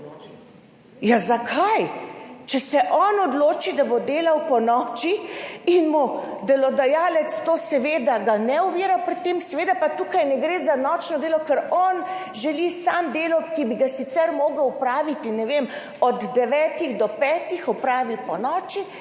Zakaj? Če se on odloči, da bo delal ponoči in delodajalca to seveda ne ovira pri tem, seveda tukaj ne gre za nočno delo, ker on želi sam delo, ki bi ga sicer moral opraviti, ne vem, od devetih do petih, ga opravi ponoči,